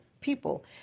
people